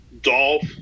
Dolph